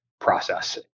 process